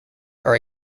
are